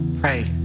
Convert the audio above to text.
Pray